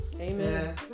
Amen